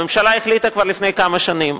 הממשלה החליטה כבר לפני כמה שנים.